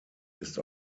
ist